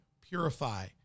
purify